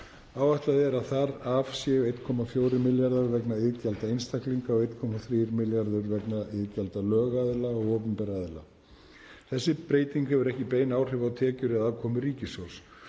Áætlað er að þar af séu 1,4 milljarðar kr. vegna iðgjalda einstaklinga og 1,3 milljarðar kr. vegna iðgjalda lögaðila og opinberra aðila. Þessi breyting hefur ekki bein áhrif á tekjur eða afkomu ríkissjóðs.